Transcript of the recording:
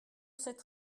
cette